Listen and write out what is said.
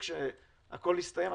כשהכול יסתיים,